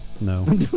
No